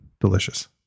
delicious